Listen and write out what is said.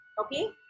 Okay